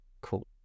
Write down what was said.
Cool